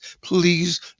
Please